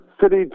city